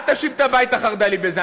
אל תאשים את הבית החרד"לי בזה.